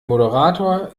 moderator